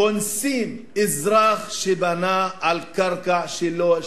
קונסים אזרח שבנה על קרקע שלו,